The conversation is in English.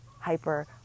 hyper